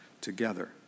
together